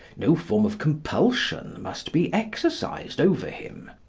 no form of compulsion must be exercised over him.